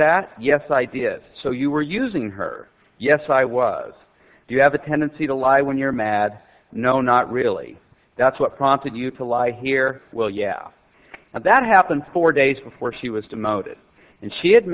that yes ideas so you were using her yes i was do you have a tendency to lie when you're mad no not really that's what prompted you to lie here well yeah that happened four days before she was demoted and she ad